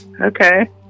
Okay